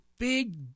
Big